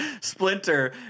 Splinter